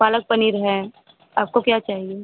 पालक पनीर है आपको क्या चाहिए